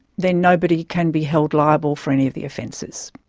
then nobody can be held liable for any of the offences.